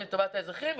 אני לטובת האזרחים,